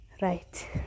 right